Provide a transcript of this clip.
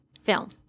film